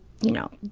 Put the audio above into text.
you know,